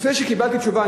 לפני שקיבלתי תשובה,